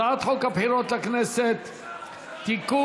הצעת חוק הבחירות לכנסת (תיקון,